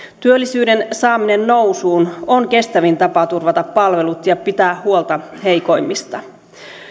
työllisyyden saaminen nousuun on kestävin tapa turvata palvelut ja pitää huolta heikoimmista